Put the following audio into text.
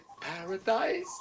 paradise